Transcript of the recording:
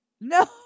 No